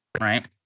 right